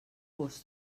vos